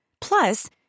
Plus